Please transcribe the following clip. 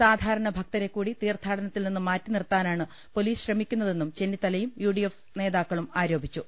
സാധാരണ ഭക്തരെകൂടി തീർത്ഥാടനത്തിൽനിന്ന് മാറ്റിനിർത്താനാണ് പൊലീസ് ശ്രമിക്കുന്നതെന്നും ചെന്നിത്തലയും യുഡിഎഫ് നേതാക്കളും ആരോപിച്ചു